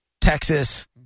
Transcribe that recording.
Texas